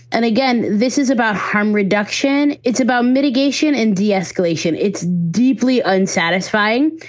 and again, this is about harm reduction. it's about mitigation and de-escalation. it's deeply unsatisfying.